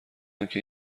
آنکه